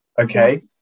Okay